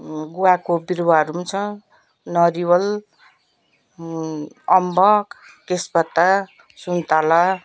गुवाको बिरुवाहरू पनि छ नरिवल अम्बक तेजपत्ता सुन्तला